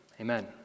amen